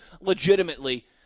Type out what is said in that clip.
legitimately –